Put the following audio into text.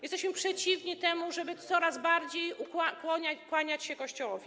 Jesteśmy przeciwni temu, żeby coraz bardziej kłaniać się Kościołowi.